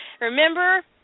Remember